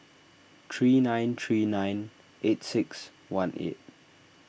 three nine three nine eight six one eight